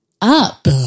up